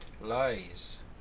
lies